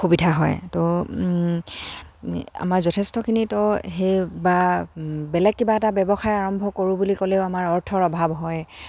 সুবিধা হয় ত' আমাৰ যথেষ্টখিনিতো সেই বা বেলেগ কিবা এটা ব্যৱসায় আৰম্ভ কৰোঁ বুলি ক'লেও আমাৰ অৰ্থৰ অভাৱ হয়